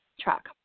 track